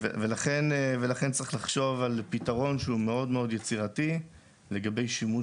לכן צריך לחשוב על פתרון יצירתי מאוד לגבי שימוש